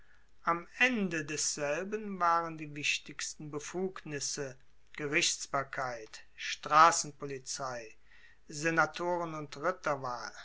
an ende desselben waren die wichtigsten befugnisse gerichtsbarkeit strassenpolizei senatoren und